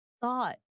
thought